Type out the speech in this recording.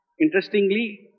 interestingly